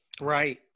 right